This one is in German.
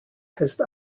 heißt